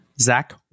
Zach